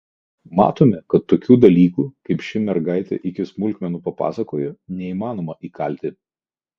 matome kad tokių dalykų kaip ši mergaitė iki smulkmenų papasakojo neįmanoma įkalti